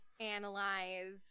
Analyze